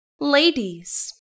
ladies